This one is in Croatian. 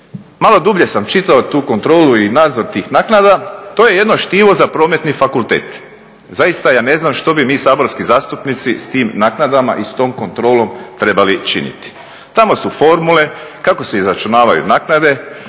malo dublje sam čitao tu kontrolu i nadzor tih naknada, to je jedno štivo za Prometni fakultet. Zaista ja ne znam što bi mi saborski zastupnici s tim naknadama i s tom kontrolom trebali činiti. Tamo su formule kako se izračunavaju naknade,